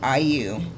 iu